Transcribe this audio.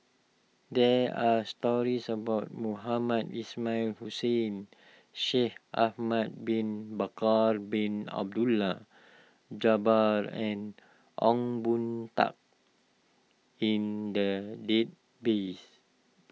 there are stories about Mohamed Ismail Hussain Shaikh Ahmad Bin Bakar Bin Abdullah Jabbar and Ong Boon Tat in the database